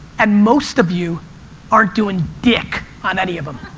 and most of you aren't doing dick on any of em.